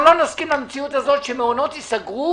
אנחנו לא נסכים למציאות הזאת שמעונות ייסגרו